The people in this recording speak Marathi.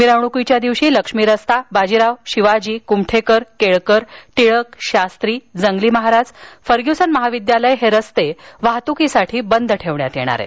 मिरवणुकीच्या दिवशी लक्ष्मी रस्ता बाजीराव शिवाजी कुमठेकर केळकर टिळक शास्त्री जंगली महाराज फर्ग्युसन महाविद्यालय रस्ता हे रस्ते वाहतुकीसाठी बंद ठेवण्यात येणार आहेत